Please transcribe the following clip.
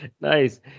Nice